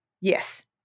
Yes